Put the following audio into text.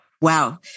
Wow